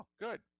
good